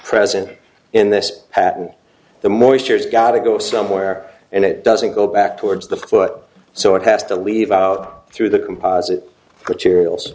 present in this patent the moisture has got to go somewhere and it doesn't go back towards the foot so it has to leave out through the composite materials